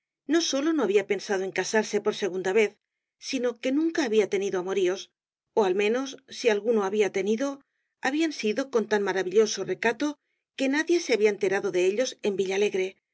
no sólo no había pensado en casarse por segunda vez sino que nunca había tenido amoríos ó al menos si alguno había tenido ha bían sido con tan maravilloso recato que nadie se había enterado de ellos en villalegre